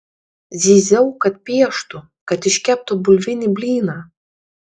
zyziau kad pieštų kad iškeptų bulvinį blyną